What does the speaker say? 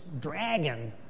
dragon